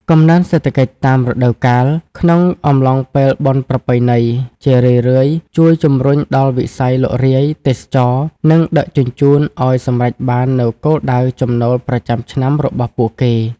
កំណើនសេដ្ឋកិច្ចតាមរដូវកាលក្នុងអំឡុងពេលបុណ្យប្រពៃណី ជារឿយៗជួយជំរុញដល់វិស័យលក់រាយ ទេសចរណ៍ និងដឹកជញ្ជូនឱ្យសម្រេចបាននូវគោលដៅចំណូលប្រចាំឆ្នាំរបស់ពួកគេ។